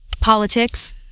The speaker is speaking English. Politics